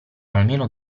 almeno